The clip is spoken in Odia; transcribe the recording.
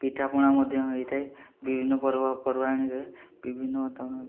ପିଠାପଣା ମଧ୍ୟ ହୋଇଥାଏ ବିଭିନ୍ନ ପର୍ବପର୍ବାଣିରେ ବିଭିନ୍ନ